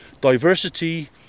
diversity